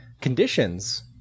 conditions